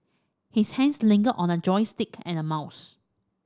his hands lingered on a joystick and a mouse